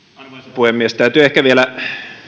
puhemies täytyy ehkä vielä